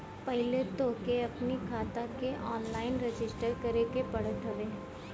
पहिले तोहके अपनी खाता के ऑनलाइन रजिस्टर करे के पड़त हवे